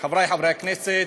חברי חברי הכנסת,